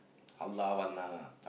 halal one lah